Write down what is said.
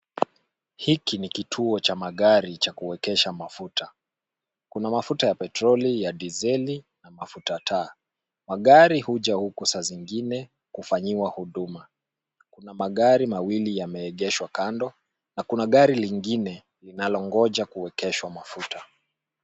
Hiki ni kituo cha magari cha kuwekesha mafuta. Kuna mafuta ya petroli, ya dizeli na mafuta taa. Magari huja huku saa zingine kufanyiwa huduma. Kuna magari mawili yameegeshwa kando na kuna gari lingine linalongoja kuwekeshwa mafuta.